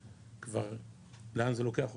וכבר לאן זה לוקח אותנו.